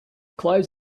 clothes